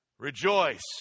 Rejoice